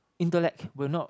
intellect will not